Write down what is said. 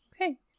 Okay